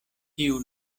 tiu